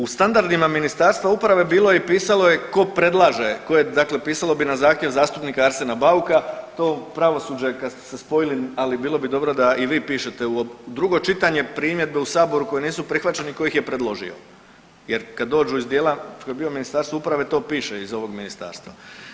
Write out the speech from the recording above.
U standardima Ministarstva uprave bilo je i pisalo je ko predlaže, ko je, dakle pisalo bi na zahtjev zastupnika Arsena Bauka, to pravosuđe kad ste se spojili, ali bilo bi dobro da i vi pišete u drugo čitanje primjedbe u saboru koje nisu prihvaćene i ko ih je predložio jer kad dođu iz dijela tko je bio u Ministarstvu uprave to piše iz ovog ministarstva.